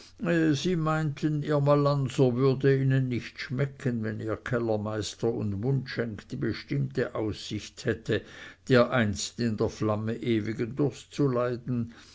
sie meinten ihr malanser würde ihnen nicht schmecken wenn ihr kellermeister und mundschenk die bestimmte aussicht hätte dereinst in der flamme ewigen